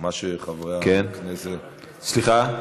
מה שחברי הכנסת, סליחה?